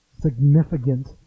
significant